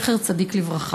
זכר צדיק לברכה.